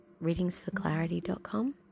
readingsforclarity.com